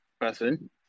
person